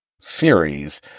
series